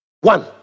One